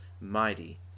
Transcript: mighty